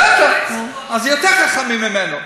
בטח, נו, אז יותר חכמים ממנו.